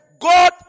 God